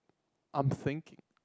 I'm thinking